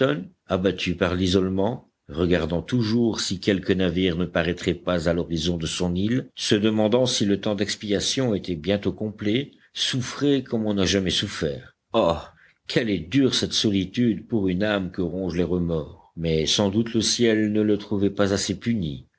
abattu par l'isolement regardant toujours si quelque navire ne paraîtrait pas à l'horizon de son île se demandant si le temps d'expiation était bientôt complet souffrait comme on n'a jamais souffert ah quelle est dure cette solitude pour une âme que rongent les remords mais sans doute le ciel ne le trouvait pas assez puni